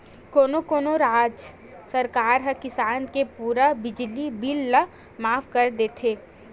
कोनो कोनो राज सरकार ह किसानी के पूरा बिजली बिल ल माफ कर देथे